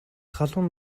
халуун